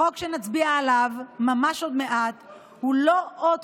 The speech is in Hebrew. החוק שנצביע עליו ממש עוד מעט הוא לא עוד